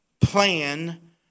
plan